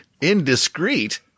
Indiscreet